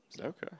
Okay